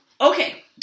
Okay